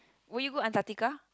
will you go antartica